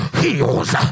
heals